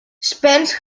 spence